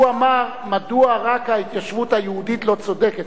הוא אמר: מדוע רק ההתיישבות היהודית לא צודקת?